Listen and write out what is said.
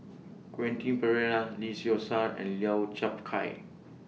Quentin Pereira Lee Seow Ser and Lau Chiap Khai